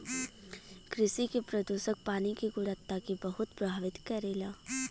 कृषि के प्रदूषक पानी के गुणवत्ता के बहुत प्रभावित करेला